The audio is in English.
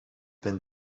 been